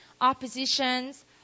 Oppositions